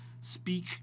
speak